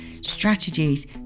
strategies